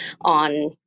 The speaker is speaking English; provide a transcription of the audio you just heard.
on